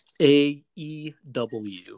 AEW